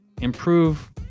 improve